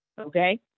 okay